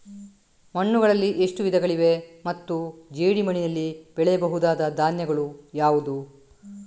ಮಣ್ಣುಗಳಲ್ಲಿ ಎಷ್ಟು ವಿಧಗಳಿವೆ ಮತ್ತು ಜೇಡಿಮಣ್ಣಿನಲ್ಲಿ ಬೆಳೆಯಬಹುದಾದ ಧಾನ್ಯಗಳು ಯಾವುದು?